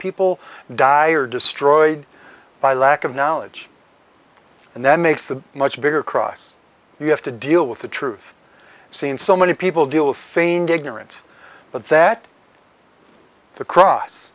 people die or destroyed by lack of knowledge and that makes the much bigger cross you have to deal with the truth seen so many people deal with feigned ignorance but that the cross